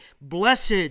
Blessed